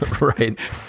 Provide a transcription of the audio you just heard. Right